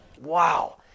Wow